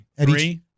Three